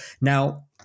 Now